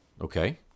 Okay